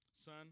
Son